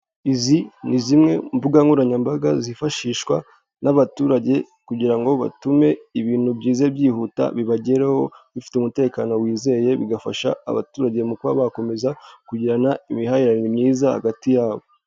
Izi ni zimwe mu mbuga nkoranyambaga zifashishwa n'abaturage, kugira ngo batume ibintu byiza byihuta bibageraho bifite umutekano wizeye; bigafasha abaturage mu kuba bakomeza kugirana imihahiranire myiza hagati yabo.